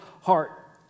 heart